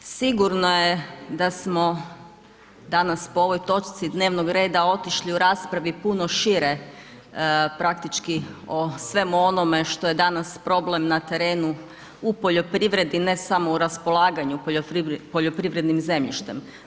Sigurno je da smo danas po ovoj točci dnevnog reda otišli u raspravi puno šire, praktički o svemu onome što je danas problem na terenu u poljoprivredni, ne samo u raspolaganju poljoprivrednim zemljištem.